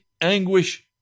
anguish